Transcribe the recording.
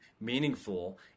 meaningful